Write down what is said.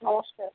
নমস্কার